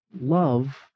love